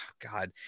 God